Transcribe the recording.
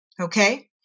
Okay